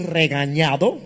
regañado